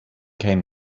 came